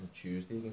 Tuesday